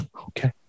Okay